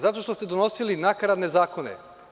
Zato što ste donosili nakaradne zakone.